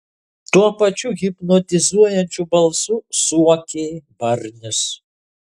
tuo pačiu hipnotizuojančiu balsu suokė barnis